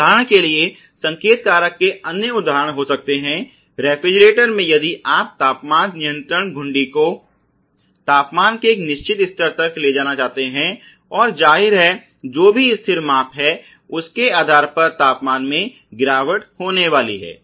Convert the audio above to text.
उदाहरण के लिए संकेत कारक के अन्य उदाहरण हो सकते हैं रेफ्रिजरेटर में यदि आप तापमान नियंत्रण घुंडी को तापमान के एक निश्चित स्तर तक ले जाना चाहते हैं और जाहिर है जो भी स्थिर माप है उसके आधार पर तापमान में गिरावट होने वाली है